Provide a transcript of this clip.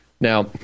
Now